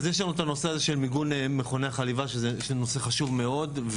אז יש לנו את הנושא של מיגון מכוני חליבה שהוא נושא חשוב מאוד,